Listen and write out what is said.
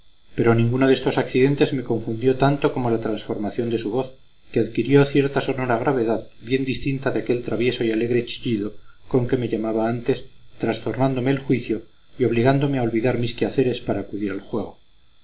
pero ninguno de estos accidentes me confundió tanto como la transformación de su voz que adquirió cierta sonora gravedad bien distinta de aquel travieso y alegre chillido con que me llamaba antes trastornándome el juicio y obligándome a olvidar mis quehaceres para acudir al juego